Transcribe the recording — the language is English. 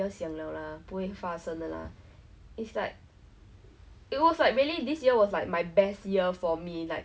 travel like solo and meet meet new friends overseas then mom said that's something I will never do as an introvert